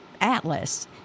atlas